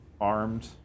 armed